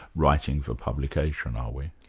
writing for publication, are we?